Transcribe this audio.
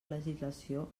legislació